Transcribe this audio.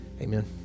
Amen